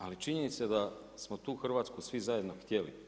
Ali, činjenica je da smo tu Hrvatsku svi zajedno htjeli.